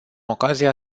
ocazia